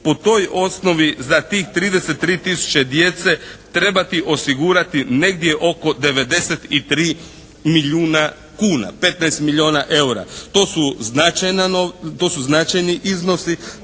po toj osnovi za tih 33 tisuće djece trebati osigurati negdje oko 93 milijuna kuna, 15 milijuna eura. To su značajni iznosi.